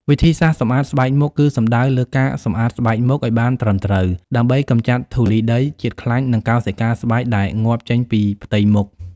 វិធីសាស្ត្រសម្អាតស្បែកមុខ គឺសំដៅលើការសម្អាតស្បែកមុខឱ្យបានត្រឹមត្រូវ ដើម្បីកម្ចាត់ធូលីដី ជាតិខ្លាញ់ និងកោសិកាស្បែកដែលងាប់ចេញពីផ្ទៃមុខ។